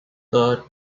third